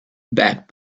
back